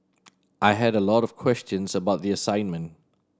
I had a lot of questions about the assignment